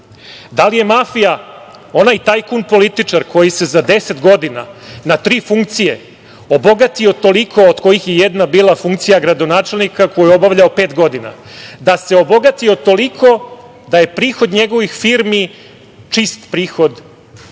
Da li je mafija onaj tajkun političar koji se za deset godina na tri funkcije obogatio toliko, od kojih je jedna bila funkcija gradonačelnika koju je obavljao pet godina? Da se obogatio toliko da je prihod njegovih firmi čist prihod poslovni